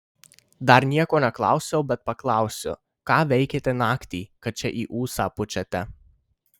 dar nieko neklausiau bet paklausiu ką veikėte naktį kad čia į ūsą pučiate